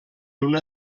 una